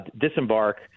disembark